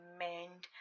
mend